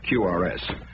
QRS